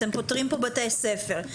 אתם פוטרים פה בתי ספר.